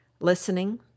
Listening